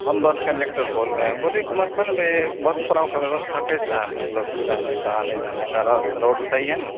हम bus conductor बोल रहे हैं बोले कुमारखण्ड में बस पड़ाव की व्यवस्था कैसी है मतलब कि रहने का आने जाने का रा रोड सही है ना